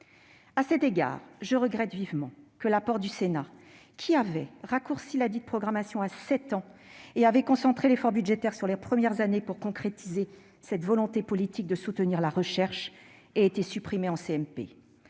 À cet égard, je regrette vivement que l'apport du Sénat, qui avait raccourci ladite programmation à sept ans et avait concentré l'effort budgétaire sur les premières années pour concrétiser la volonté politique de soutenir la recherche, ait été supprimé en